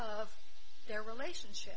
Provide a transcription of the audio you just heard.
of their relationship